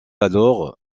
alors